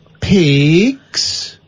pigs